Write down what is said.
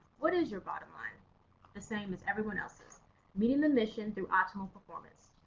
what is your bottom line the same as everyone else's meeting the mission through optimal performance.